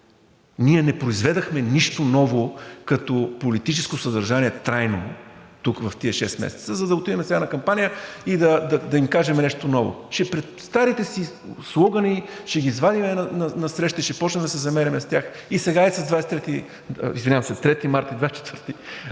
Ние не произведохме нищо ново като политическо съдържание трайно тук в тези шест месеца, за да отидем сега на кампания и да им кажем нещо ново. Старите си слогани ще ги извадим насреща и ще започнем да се замеряме с тях, сега с Трети март и 24 май,